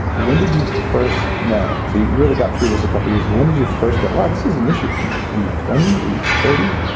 when did you first know? so you you really got through this a couple of years ago, when did you first go wow! this is an issue for me? were you twenty? were you thirty?